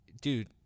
dude